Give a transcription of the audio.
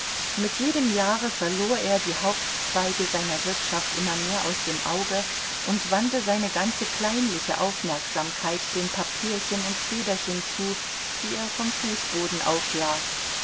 mit jedem jahre verlor er die hauptzweige seiner wirtschaft immer mehr aus dem auge und wandte seine ganze kleinliche aufmerksamkeit den papierchen und federchen zu die er vom fußboden auflas